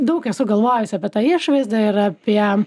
daug esu galvojus apie tą išvaizdą ir apie